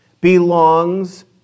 belongs